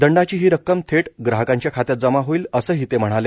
दंडाची ही रक्कम थेट ग्राहकांच्या खात्यात जमा होईल असंही ते म्हणाले